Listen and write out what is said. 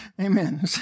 Amen